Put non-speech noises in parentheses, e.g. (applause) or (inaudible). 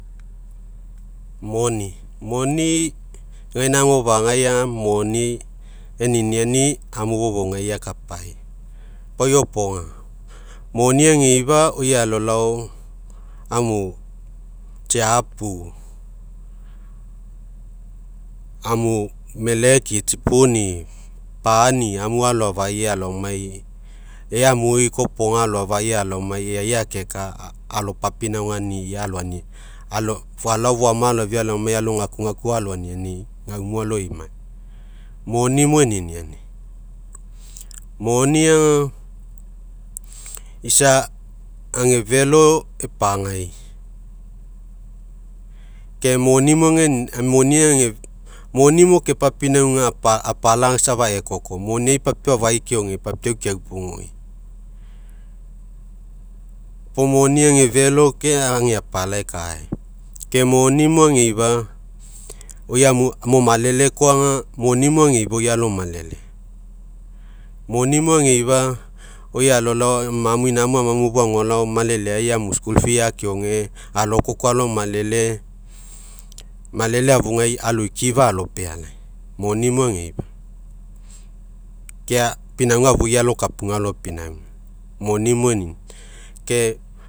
Moni moni gaina agofagai aga moni eniniani, amu fofougai akapai. Pau iopoga, moni age ageifa oi alolao amu tsiapu amu meleki tsipuni pani amu aloafai alomai ea amui kopoi aloafai alomai akeka alopapinaugani aloania, fou also foama aloafii alomai alogakugaku aloaniani guamu aloimai. Moni mo eniniani, moni aga isa agefelo epagai ke (unintelligible) moni mo kepapinauga aga apala safa ekoko moniai papiau afai keoge papiau keaupugui. Puo moni age felo ke age apala else, ke moni mo ageifa oi amu malele koa aga moni mo ageifa oi alomalele. Moni mo ageifa oi alolao inamu amamu fou agolao maleleai amu school fee akeoge alo'koko alomalele, malele afugai aloikifa alopealai, moni mo ageifa. Ke pinauga afui alokapuga alokapuga alopinauga, moni mo eniniani ke